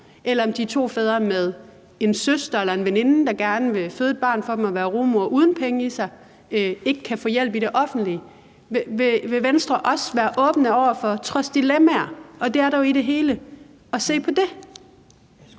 eller om de er to fædre med en søster eller en veninde, der gerne vil føde et barn for dem og være rugemor uden penge, og de ikke kan få hjælp i det offentlige. Vil Venstre også være åbne over for – trods dilemmaer, og det er der jo i det hele – at se på det?